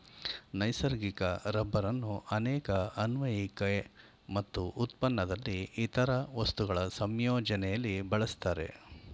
ನೈಸರ್ಗಿಕ ರಬ್ಬರನ್ನು ಅನೇಕ ಅನ್ವಯಿಕೆ ಮತ್ತು ಉತ್ಪನ್ನದಲ್ಲಿ ಇತರ ವಸ್ತುಗಳ ಸಂಯೋಜನೆಲಿ ಬಳಸ್ತಾರೆ